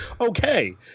okay